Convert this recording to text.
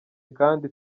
kandi